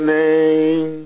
name